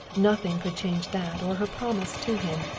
nothing could change that or her promise to him.